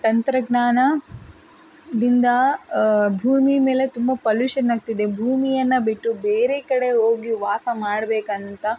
ತಂತ್ರಜ್ಞಾನ ದಿಂದ ಭೂಮಿ ಮೇಲೆ ತುಂಬ ಪೊಲ್ಯೂಷನ್ ಆಗ್ತಿದೆ ಭೂಮಿಯನ್ನು ಬಿಟ್ಟು ಬೇರೆ ಕಡೆ ಹೋಗಿ ವಾಸ ಮಾಡಬೇಕಂತ